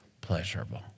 pleasurable